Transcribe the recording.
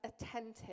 attentive